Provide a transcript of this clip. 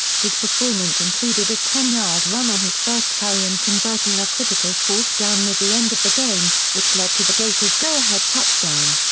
his performance included a ten-yard run on his first carry and converting a critical fourth down near the end of the game, which led to the gators' go-ahead touchdown.